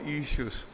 issues